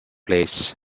place